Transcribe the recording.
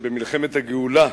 שבמלחמת הגאולה,